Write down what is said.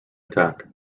attack